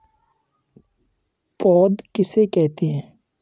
पौध किसे कहते हैं?